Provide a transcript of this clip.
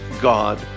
God